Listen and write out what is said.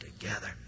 together